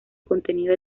contenido